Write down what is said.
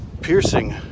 piercing